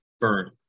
burn